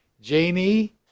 Janie